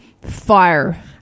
fire